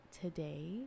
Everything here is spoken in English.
today